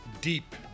deep